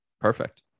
Perfect